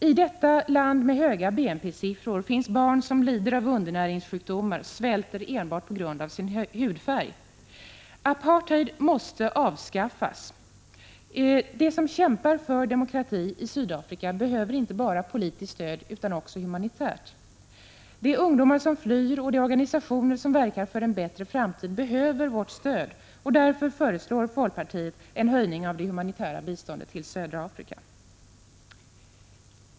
I detta land med höga BNP-siffror finns barn som lider av undernäringssjukdomar, som svälter enbart på grund av sin hudfärg. Apartheid måste avskaffas. De som kämpar för demokrati i Sydafrika behöver inte bara politiskt stöd utan också humanitärt. De ungdomar som flyr och de organisationer som verkar för en bättre framtid behöver vårt stöd, och därför föreslår folkpartiet en höjning av det humanitära biståndet till södra Afrika.